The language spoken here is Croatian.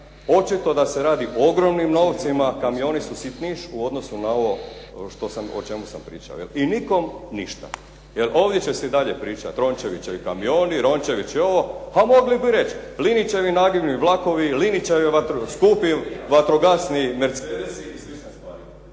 očito da se radi o ogromnim novcima, kamioni su sitniš u odnosu na ovo o čemu sam pričao. I nikom ništa. Jer ovdje će se i dalje pričat Rončevićevi kamioni, Rončević je ono, a mogli bi reći Linićevi nagibni vlakovi, Linićevi nagibni vlakovi, Linićevi skupi vatrogasni mercedesi i slične stvari.